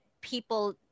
people